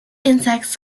insects